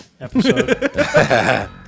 episode